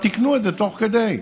אז תיקנו את זה תוך כדי.